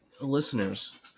listeners